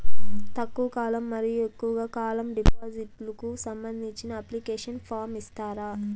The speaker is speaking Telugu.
తక్కువ కాలం మరియు ఎక్కువగా కాలం డిపాజిట్లు కు సంబంధించిన అప్లికేషన్ ఫార్మ్ ఇస్తారా?